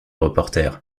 reporter